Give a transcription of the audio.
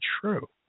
true